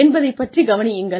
என்பதைப் பற்றி கவனியுங்கள்